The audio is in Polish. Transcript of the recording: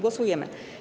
Głosujemy.